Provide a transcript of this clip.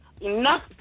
enough